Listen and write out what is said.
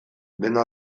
dena